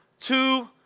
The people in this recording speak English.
two